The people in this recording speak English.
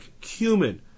cumin